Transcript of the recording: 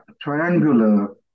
triangular